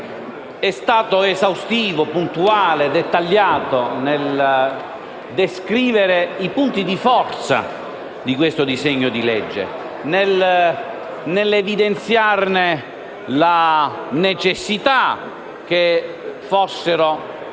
è stato esaustivo, puntuale e dettagliato nel descrivere i punti di forza di questo disegno di legge e nell'evidenziare la necessità che fossero